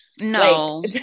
no